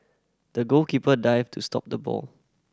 the goalkeeper dived to stop the ball